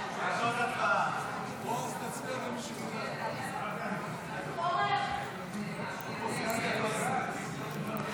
המחנה הממלכתי והעבודה להביע אי-אמון בממשלה לא נתקבלה.